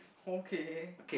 okay